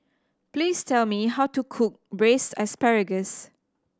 please tell me how to cook Braised Asparagus